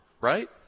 right